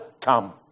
come